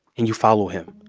and you follow him.